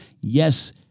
Yes